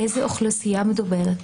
על איזה אוכלוסייה מדובר,